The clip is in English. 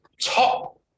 top